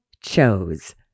chose